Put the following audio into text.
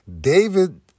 David